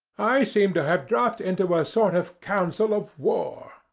i seem to have dropped into a sort of council of war.